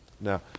Now